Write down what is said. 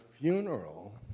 funeral